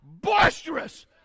boisterous